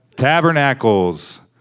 Tabernacles